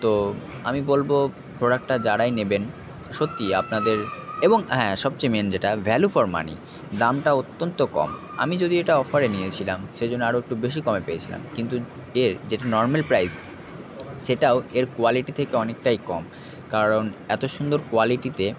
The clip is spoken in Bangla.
তো আমি বলবো প্রোডাক্টটা যারাই নেবেন সত্যিই আপনাদের এবং হ্যাঁ সবচেয়ে মেইন যেটা ভ্যালু ফর মানি দামটা অত্যন্ত কম আমি যদিও এটা অফারে নিয়েছিলাম সে জন্য আরেকটু বেশি কমে পেয়েছিলাম কিন্তু এর যেটা নর্মাল প্রাইস সেটাও এর কোয়ালিটি থেকে অনেকটাই কম কারণ এত সুন্দর কোয়ালিটিতে